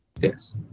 Yes